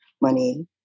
money